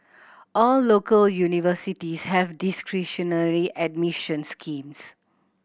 all local universities have discretionary admission schemes